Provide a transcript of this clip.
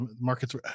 markets